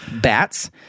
Bats